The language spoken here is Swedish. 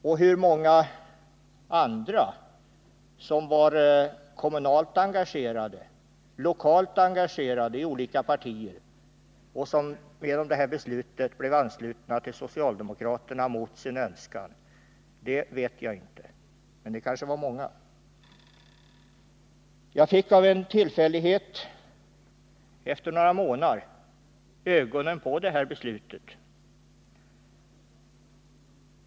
Och hur många andra, som var lokalt engagerade i olika partier och som genom detta beslut blev anslutna till socialdemokraterna mot sin önskan, det vet jag inte, men det kanske var många. Av en tillfällighet fick jag efter några månader ögonen på detta.